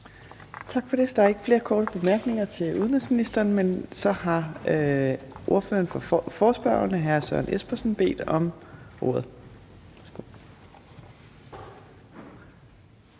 Tak for det. Der er ikke flere korte bemærkninger til udenrigsministeren, men så har ordføreren for forespørgerne, hr. Søren Espersen, bedt om ordet.